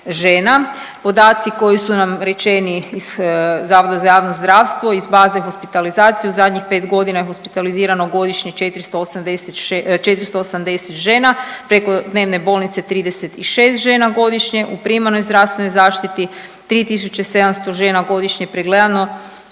žena, podaci koji su nam rečeni iz Zavoda za javno zdravstvo iz baze hospitalizacije u zadnjih 5 godina je hospitalizirano godišnje .../Govornik se ne razumije./... 480 žena, preko dnevne bolnice 36 žena godišnje u primarnoj zdravstvenoj zaštiti, 3 700 godišnje pregledano,